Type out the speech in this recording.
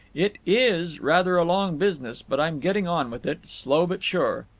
it is rather a long business, but i'm getting on with it, slow but sure.